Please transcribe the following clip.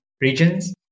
regions